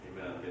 Amen